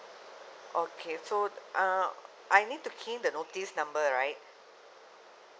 okay so uh I need to key in the notice number right